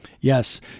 Yes